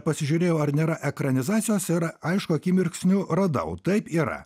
pasižiūrėjau ar nėra ekranizacijos ir aišku akimirksniu radau taip yra